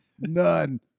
None